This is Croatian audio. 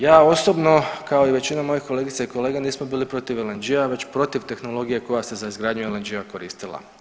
Ja osobno kao i većina mojih kolegica i kolega nismo bili protiv LNG-a već protiv tehnologije koja se za izgradnju LNG-a koristila.